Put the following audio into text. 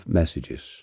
messages